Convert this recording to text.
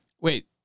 Wait